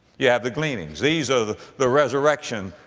you have the gleanings. these are the, the resurrection,